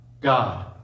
God